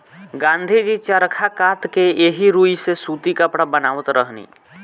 गाँधी जी चरखा कात के एही रुई से सूती कपड़ा बनावत रहनी